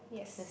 yes